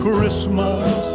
Christmas